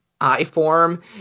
I-form